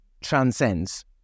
transcends